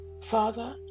father